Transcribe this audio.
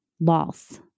loss